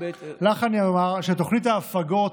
לך אני אומר שתוכנית ההפגות,